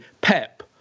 Pep